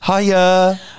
Hiya